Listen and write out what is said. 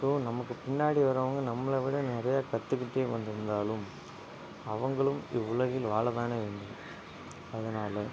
so நமக்கு பின்னாடி வரவங்க நம்மவிட நிறைய கற்றுக்கிட்டே வந்திருந்தாலும் அவங்களும் இவ்வுலகில் வாழதான் வேணும் அதனால்